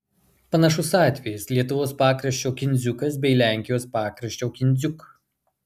panašus atvejis lietuvos pakraščio kindziukas bei lenkijos pakraščio kindziuk